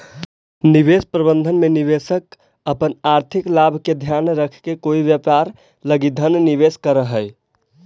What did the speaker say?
निवेश प्रबंधन में निवेशक अपन आर्थिक लाभ के ध्यान रखके कोई व्यापार लगी धन निवेश करऽ हइ